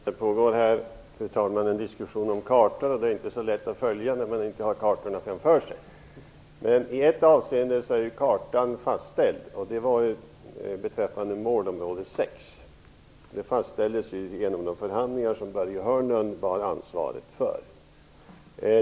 Fru talman! Det pågår en diskussion om kartor. Det är inte så lätt att följa den när man inte har kartorna framför sig. I ett avseende är kartan fastställd, nämligen beträffande målområde 6. Det fastställdes vid de förhandlingar som Börje Hörnlund bar ansvaret för.